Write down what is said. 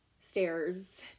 stairs